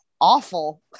awful